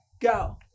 Go